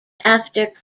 after